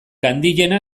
handiena